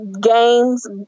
games